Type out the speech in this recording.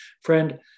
friend